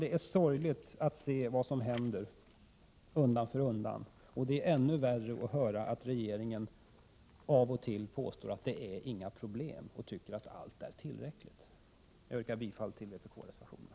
Det är sorgligt att se vad som händer undan för undan, och det är än värre att höra att regeringen av och till påstår att det är inga problem utan att det som görs är tillräckligt. Jag yrkar bifall till vpk-reservationerna.